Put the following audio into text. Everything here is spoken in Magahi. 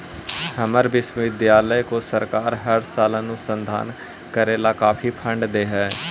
हमर विश्वविद्यालय को सरकार हर साल अनुसंधान करे ला काफी फंड दे हई